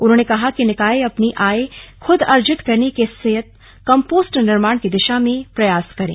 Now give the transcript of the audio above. उन्होंने कहा कि निकाय अपनी आय खुद अर्जित करने के लिए कम्पोस्ट निर्माण की दिशा में प्रयास करें